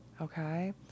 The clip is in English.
Okay